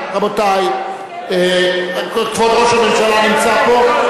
רבותי, כבוד ראש הממשלה נמצא פה.